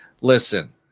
Listen